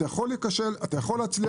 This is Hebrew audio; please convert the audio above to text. אתה יכול להיכשל או להצליח.